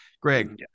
Greg